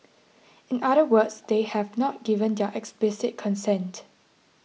in other words they have not given their explicit consent